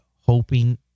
hoping